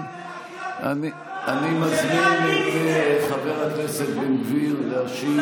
אני מזמין את חבר הכנסת בן גביר להשיב.